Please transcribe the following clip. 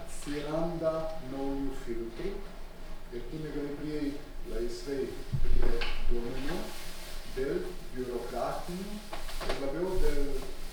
atsiranda naujų filtrų ir tu negali prieit laisvai prie duomenų dėl biurokratinių ir labiau dėl